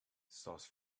sauce